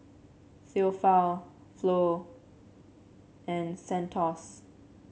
Theophile Flo and Santos